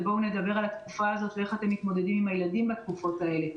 לדבר על התקופה הזאת ועל איך מתמודדים עם הילדים בתקופות האלה.